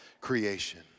creation